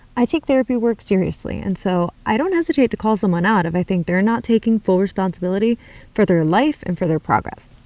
i take therapy work very seriously, and so i don't hesitate to call someone out if i think they're not taking full responsibility for their life and for their progress.